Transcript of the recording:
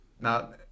now